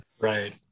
Right